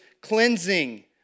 cleansing